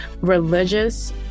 religious